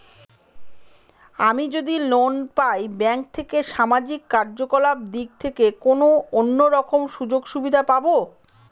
আমি যদি লোন পাই ব্যাংক থেকে সামাজিক কার্যকলাপ দিক থেকে কোনো অন্য রকম সুযোগ সুবিধা পাবো?